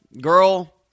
girl